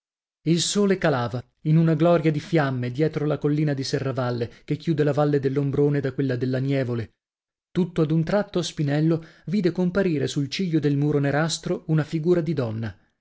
il sole calava in una gloria di fiamme dietro la collina di serravalle che chiude la valle dell'ombrone da quella della nievole tutto ad un tratto spinello vide comparire sul ciglio del muro nerastro una figura di donna